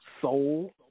soul